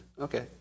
Okay